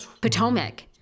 Potomac